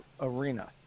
arena